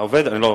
נכבדה,